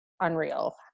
unreal